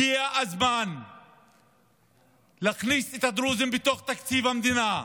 הגיע הזמן להכניס את הדרוזים לתוך תקציב המדינה.